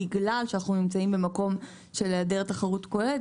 בגלל שאנחנו נמצאים במקום של היעדר תחרות כוללת,